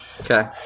Okay